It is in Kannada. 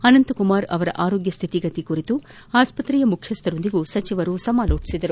ಅನಂತಕುಮಾರ್ ಅವರ ಆರೋಗ್ಯ ಸ್ವಿತಿಗತಿ ಕುರಿತು ಆಸ್ಪತ್ರೆಯ ಮುಖ್ಯಸ್ವರೊಂದಿಗೂ ಸಚಿವರು ಸಮಾಲೋಚಿಸಿದರು